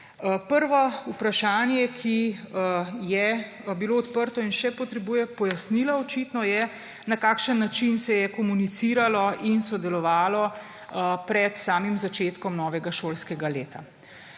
Prvo vprašanje, ki je bilo odprto in še potrebuje pojasnilo očitno, je, na kakšen način se je komuniciralo in sodelovalo pred samim začetkom novega šolskega leta.